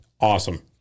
awesome